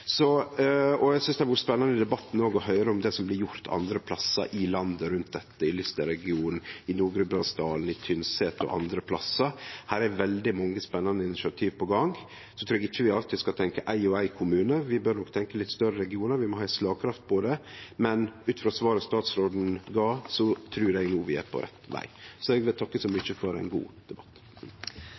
Eg synest òg det har vore spennande i debatten å høyre om det som blir gjort andre plassar i landet rundt dette, i Lister-regionen, i Nord-Gudbrandsdal, i Tynset og andre stader. Her er veldig mange spennande initiativ på gang. Så trur eg ikkje alltid vi skal tenkje ein og ein kommune, vi bør nok tenkje litt større regionar. Vi må ha ei slagkraft på det. Men ut frå svaret statsråden gav, trur eg vi er på rett veg. Så eg vil takke så mykje for ein god debatt.